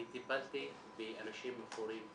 אני טיפלתי באנשים מכורים,